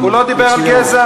הוא לא דיבר על גזע.